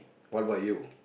what about you